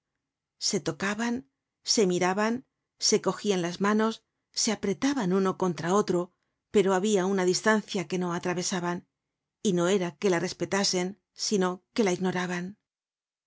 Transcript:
se tocaban se miraban se cogian las manos se apretaban uno contra otro pero habia una distancia que no atravesaban y no era que la respetasen sino que la ignoraban